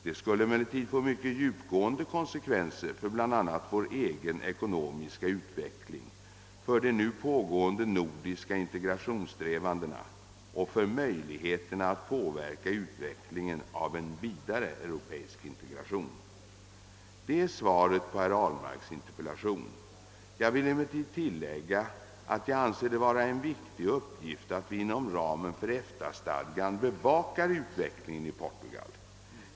Det skulle emellertid få mycket djupgående konsekvenser för bl.a. vår egen ekonomiska utveckling, för de nu pågående nordiska integrationssträvandena och för möjligheterna att påverka utvecklingen av en vidare europeisk integration. Det är svaret på herr Ahlmarks interpellation. Jag vill emellertid tillägga att jag anser det vara en viktig uppgift att vi inom ramen för EFTA-stadgan beva kar utvecklingen i Portugal.